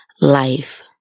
life